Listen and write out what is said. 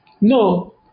No